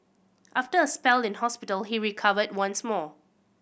after a spell in hospital he recovered once more